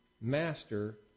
master